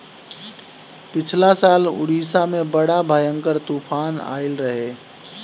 पिछला साल उड़ीसा में बड़ा भयंकर तूफान आईल रहे